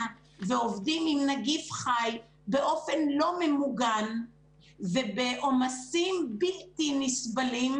ועובדים עם נגיף חי באופן לא ממוגן ובעומסים בלתי נסבלים,